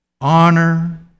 honor